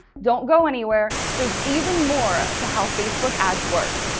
don't go anywhere! there's even more to how facebook ads work.